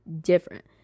different